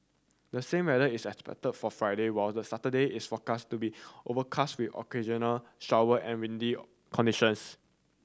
the same weather is expected for Friday while the Saturday is forecast to be overcast with occasional shower and windy conditions